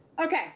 Okay